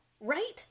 right